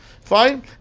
Fine